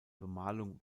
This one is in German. bemalung